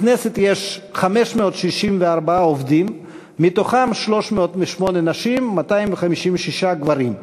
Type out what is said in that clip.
בכנסת יש 564 עובדים, מהם 308 נשים ו-256 גברים.